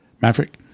Maverick